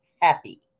happy